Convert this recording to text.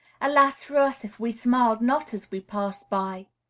alas for us if we smiled not as we passed by!